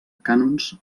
cànons